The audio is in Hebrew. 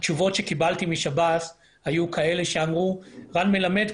התשובות שקיבלתי משב"ס היו כאלה שאמרו: רן מלמד,